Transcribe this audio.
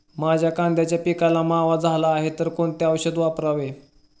माझ्या कांद्याच्या पिकाला मावा झाला आहे तर कोणते औषध वापरावे?